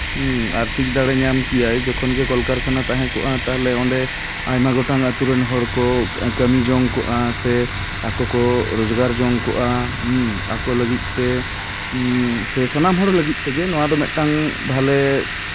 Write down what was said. ᱦᱮᱸ ᱟᱨᱛᱷᱤᱠ ᱫᱟᱲᱮ ᱧᱟᱢ ᱠᱮᱭᱟᱭ ᱡᱚᱠᱷᱚᱱ ᱜᱮ ᱠᱚᱞᱼᱠᱟᱨᱠᱷᱟᱱᱟ ᱛᱟᱦᱮᱸ ᱠᱚᱜᱼᱟ ᱛᱟᱦᱚᱞᱮ ᱚᱰᱮ ᱟᱭᱢᱟ ᱜᱚᱴᱟᱱ ᱟᱹᱛᱩ ᱨᱮᱱ ᱦᱚᱲ ᱠᱚ ᱠᱟᱹᱢᱤ ᱡᱚᱝ ᱠᱚᱜᱼᱟ ᱥᱮ ᱟᱠᱚ ᱠᱚ ᱨᱳᱡᱽᱜᱟᱨ ᱡᱚᱝ ᱠᱚᱜᱼᱟ ᱟᱠᱚ ᱞᱟᱹᱜᱤᱫ ᱛᱮ ᱮᱫ ᱥᱮ ᱥᱟᱱᱟᱢ ᱦᱚᱲ ᱞᱟᱹᱜᱤᱫ ᱛᱮᱜᱮ ᱱᱚᱣᱟ ᱫᱚ ᱢᱤᱫᱴᱟᱝ ᱵᱷᱟᱞᱮ